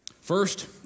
First